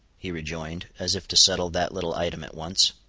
he rejoined, as if to settle that little item at once.